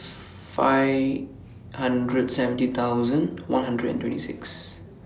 five hundred seventy thousand one hundred and twenty six